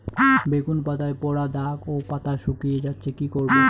বেগুন পাতায় পড়া দাগ ও পাতা শুকিয়ে যাচ্ছে কি করব?